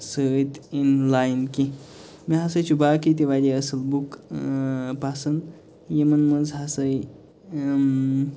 سۭتۍ online کیٚنٛہہ مےٚ ہسا چھُ باقٕے تہِ واریاہ اصٕل بُک اۭں پسنٛد یِمَن منٛز ہسا